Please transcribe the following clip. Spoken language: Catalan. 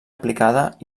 aplicada